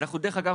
דרך אגב,